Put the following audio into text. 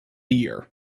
year